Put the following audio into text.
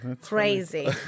crazy